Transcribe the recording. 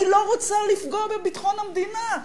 אני לא רוצה לפגוע בביטחון המדינה.